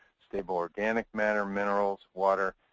stable organic matter, minerals, water,